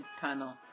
tunnel